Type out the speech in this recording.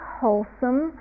wholesome